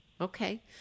Okay